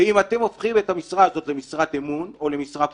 ואם אתם הופכים את המשרה הזאת למשרת אמון או למשרה פוליטית,